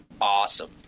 awesome